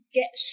get